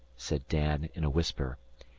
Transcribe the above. said dan in a whisper,